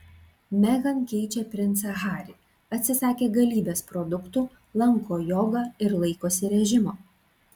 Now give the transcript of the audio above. meghan keičia princą harį atsisakė galybės produktų lanko jogą ir laikosi režimo